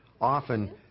Often